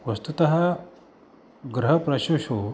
वस्तुतः गृहपशुषु